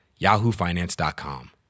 yahoofinance.com